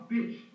Bitch